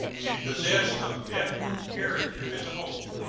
and possessed of definite character as a whole,